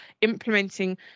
implementing